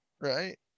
right